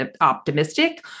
optimistic